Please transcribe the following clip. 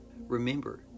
Remember